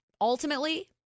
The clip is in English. ultimately